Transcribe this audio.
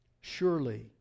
Surely